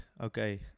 okay